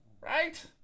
Right